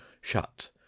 shut